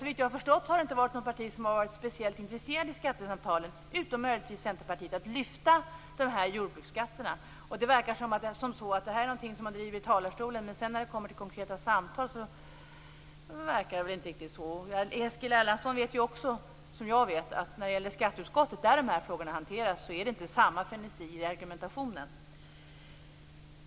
Såvitt jag har förstått har inte något parti - utom möjligtvis Centerpartiet - i skattesamtalen varit speciellt intresserat av att lyfta fram frågan om jordbruksskatterna. Det verkar vara något som man driver från talarstolen. När man kommer till konkreta samtal verkar intresset inte var riktigt så stort. Eskil Erlandsson vet ju liksom jag att det i skatteutskottet, där de här frågorna hanteras, inte är samma frenesi i argumentationen.